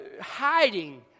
hiding